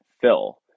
fill